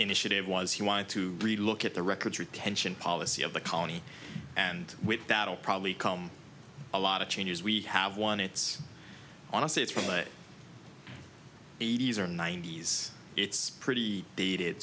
initiative was he wanted to really look at the record retention policy of the county and with data probably come a lot of changes we have one it's honestly it's from the eighty's or ninety's it's pretty dated